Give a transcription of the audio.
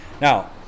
Now